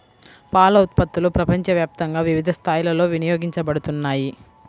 పాల ఉత్పత్తులు ప్రపంచవ్యాప్తంగా వివిధ స్థాయిలలో వినియోగించబడుతున్నాయి